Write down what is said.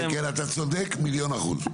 כן כן אתה צודק מיליון אחוז.